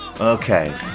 Okay